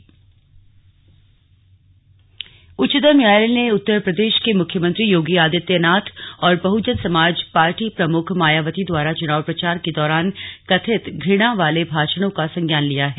slug उच्चतम न्यायालय उच्चतम न्यायालय ने उत्तर प्रदेश के मुख्यमंत्री योगी आदित्यानाथ और बहुजन समाज पार्टी प्रमुख मायावती द्वारा चुनाव प्रचार के दौरान कथित घृणा वाले भाषणों का संज्ञान लिया है